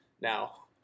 now